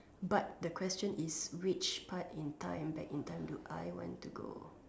but the question is which part in time that in time do I want to go